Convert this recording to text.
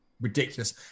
ridiculous